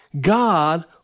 God